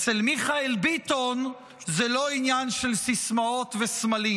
אצל מיכאל ביטון זה לא עניין של סיסמאות וסמלים,